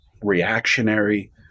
reactionary